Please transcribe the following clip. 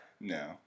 No